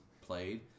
played